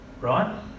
right